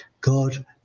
God